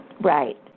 Right